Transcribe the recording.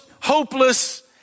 hopeless